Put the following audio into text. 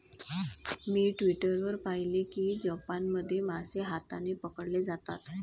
मी Twitter वर पाहिले की जपानमध्ये मासे हाताने पकडले जातात